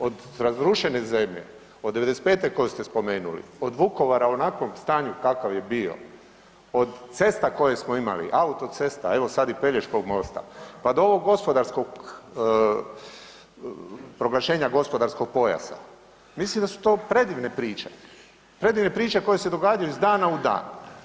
Od razrušene zemlje, od '95.-te koju ste spomenuli, od Vukovara u onakvom stanju kakav je bio, od cesta koje smo imali, autocesta, evo sad i Pelješkog mosta, pa do ovog gospodarskog, proglašenja IGP-a, mislim da su to predivne priče, predivne priče koje se događaju iz dana u dan.